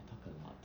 I talk a lot